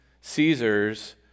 Caesars